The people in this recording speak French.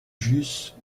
j’eusse